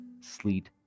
sleet